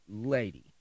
lady